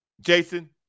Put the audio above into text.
Jason